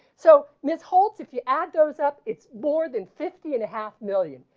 so this holt, if you add those up it's more than fifty and a half million.